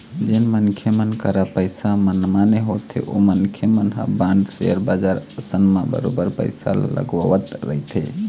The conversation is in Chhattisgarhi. जेन मनखे मन करा पइसा मनमाने होथे ओ मनखे मन ह बांड, सेयर बजार असन म बरोबर पइसा ल लगावत रहिथे